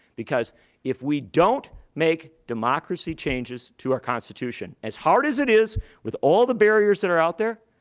because if we don't make democracy changes to our constitution, as hard as it is with all the barriers that are out there,